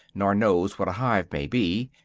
nor knows what a hive may be,